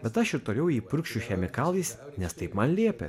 bet aš ir toliau jį purkšiu chemikalais nes taip man liepė